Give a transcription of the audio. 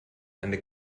eine